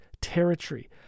territory